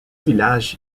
village